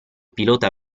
pilota